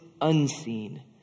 unseen